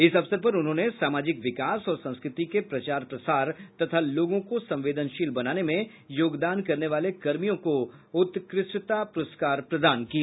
इस अवसर पर उन्होंने सामाजिक विकास और संस्कृति के प्रचार प्रसार तथा लोगों को संवेदनशील बनाने में योगदान करने वाले कर्मियों को उत्कृष्टता पुरस्कार प्रदान किए